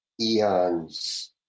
eons